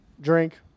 drink